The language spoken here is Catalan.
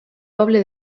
poble